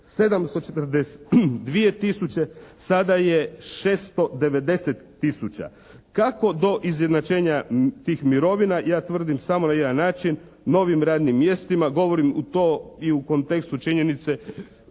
742 tisuće. Sada je 690 tisuća. Kako do izjednačenja tih mirovina? Ja tvrdim samo na jedan način – novim radnim mjestima. Govorim to i u kontekstu činjenice